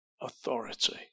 authority